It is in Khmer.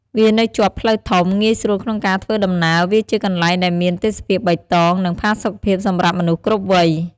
វានៅជាប់ផ្លូវធំ ងាយស្រួលក្នុងការធ្វើដំណើរ វាជាកន្លែងដែលមានទេសភាពបៃតង និងផាសុខភាពសម្រាប់មនុស្សគ្រប់វ័យ។